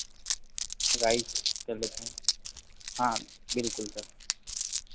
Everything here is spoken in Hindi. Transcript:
राइस कर लेते हैं हाँ बिलकुल सर